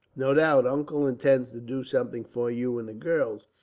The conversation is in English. no doubt uncle intends to do something for you and the girls,